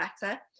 better